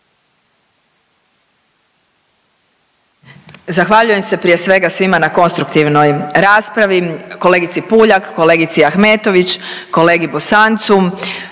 Zahvaljujem se prije svega svima na konstruktivnoj raspravi, kolegici Puljak, kolegici Ahmetović, kolegi Bosancu,